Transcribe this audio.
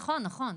נכון, ברור.